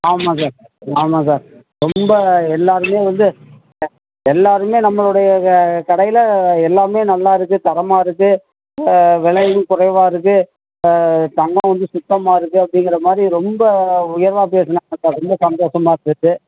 ஆமாம் சார் ஆமாம் சார் ரொம்ப எல்லோருமே வந்து எல்லோருமே நம்மளுடைய க கடையில் எல்லாமே நல்லாயிருக்கு தரமாக இருக்குது விலையும் குறைவாக இருக்குது தங்கம் வந்து சுத்தமாக இருக்குது அப்படிங்கிற மாதிரி ரொம்ப உயர்வாக பேசுனாங்க சார் ரொம்ப சந்தோசமாக இருந்துச்சு